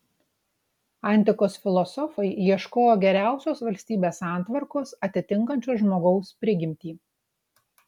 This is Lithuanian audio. antikos filosofai ieškojo geriausios valstybės santvarkos atitinkančios žmogaus prigimtį